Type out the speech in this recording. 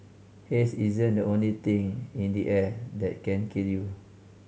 haze isn't the only thing in the air that can kill you